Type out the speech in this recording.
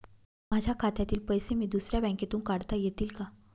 माझ्या खात्यातील पैसे मी दुसऱ्या बँकेतून काढता येतील का?